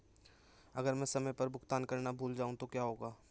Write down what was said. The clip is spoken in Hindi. अगर मैं समय पर भुगतान करना भूल जाऊं तो क्या होगा?